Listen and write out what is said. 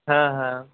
हां हां